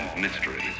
mystery